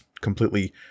completely